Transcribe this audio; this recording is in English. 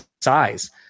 size